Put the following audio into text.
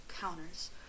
counters